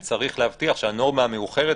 צריך להבטיח שהנורמה המאוחרת,